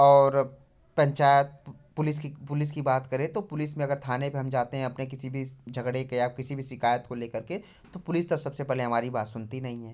और पंचायत पुलिस की पुलिस की बात करें तो पुलिस में अगर थाने पर हम जाते हैं अपने किसी भी झगड़े के या किसी भी शिकायत को लेकर के तो पुलिस तो सबसे पहले हमारी बात सुनती नहीं है